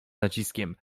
naciskiem